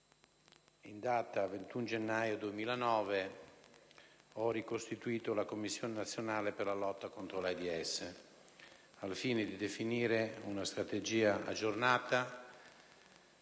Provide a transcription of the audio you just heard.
in data 21 gennaio 2009, ho ricostituito la Commissione nazionale per la lotta contro l'AIDS, al fine di definire una strategia aggiornata,